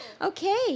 Okay